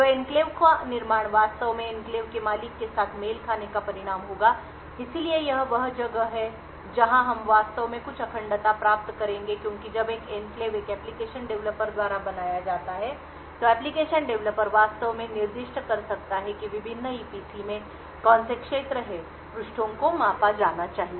तो एन्क्लेव का निर्माण वास्तव में एन्क्लेव के मालिक के साथ मेल खाने का परिणाम होगा इसलिए यह वह जगह है जहां हम वास्तव में कुछ अखंडता प्राप्त करेंगे क्योंकि जब एक एन्क्लेव एक एप्लिकेशन डेवलपर द्वारा बनाया जाता है तो एप्लिकेशन डेवलपर वास्तव में निर्दिष्ट कर सकता है कि विभिन्न ईपीसी में कौन से क्षेत्र हैं पृष्ठों को मापा जाना चाहिए